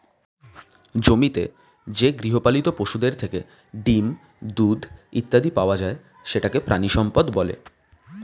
জমিতে যে গৃহপালিত পশুদের থেকে ডিম, দুধ ইত্যাদি পাওয়া যায় সেটাকে প্রাণিসম্পদ বলে